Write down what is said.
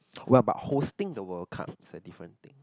well but hosting the World Cup is a different thing